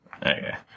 Okay